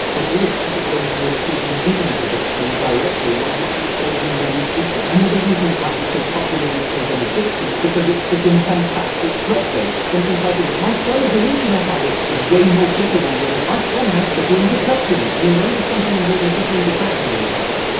then all this effort going towards treating internet addiction directly might not be solving the root issue. another reason it might be so popularly called an addiction is because it's frickin' fantastic clickbait. something titled my son is an internet addict is way more clickable than my son has crippling depression i mean, when would something involved and crippling depression go viral?